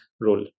role